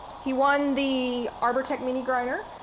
he won the arbortech mini grinder.